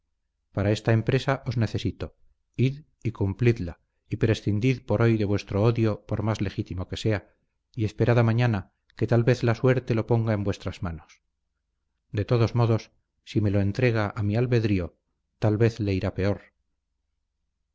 para esta empresa os necesito id y cumplidla y prescindid por hoy de vuestro odio por más legítimo que sea y esperad a mañana que tal vez la suerte lo ponga en vuestras manos de todos modos si me lo entrega a mi albedrío tal vez le irá peor